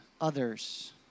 others